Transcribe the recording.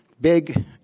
big